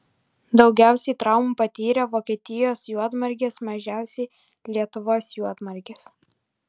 daugiausiai traumų patyrė vokietijos juodmargės mažiausiai lietuvos juodmargės